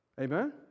Amen